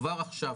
כבר עכשיו,